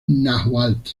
náhuatl